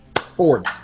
Ford